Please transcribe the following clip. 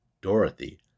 Dorothy